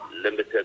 limited